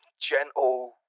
gentle